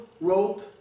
wrote